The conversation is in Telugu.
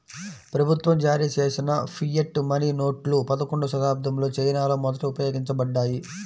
ప్రభుత్వం జారీచేసిన ఫియట్ మనీ నోట్లు పదకొండవ శతాబ్దంలో చైనాలో మొదట ఉపయోగించబడ్డాయి